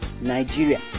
Nigeria